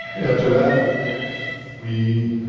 after that we